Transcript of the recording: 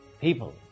people